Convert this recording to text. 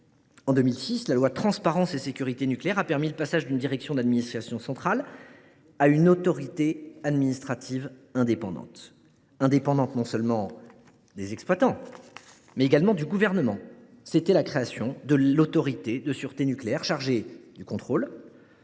en 2006, la loi Transparence et sécurité nucléaire a permis le passage d’une direction d’administration centrale à une autorité administrative indépendante – indépendante non seulement des exploitants, mais également du Gouvernement. Ce fut la création de l’Autorité de sûreté nucléaire (ASN), chargée du contrôle